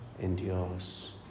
endures